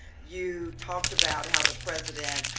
you talked about how the president